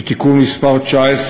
שתיקון מס' 19,